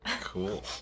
Cool